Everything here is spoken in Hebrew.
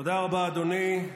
תודה רבה, אדוני.